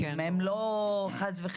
הם לא מתאשפזים,